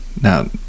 now